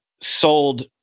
sold